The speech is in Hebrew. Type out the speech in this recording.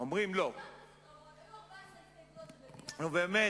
במפת הדרכים היו 14 הסתייגויות, הן לא על הפרק.